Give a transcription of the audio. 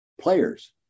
players